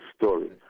story